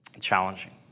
challenging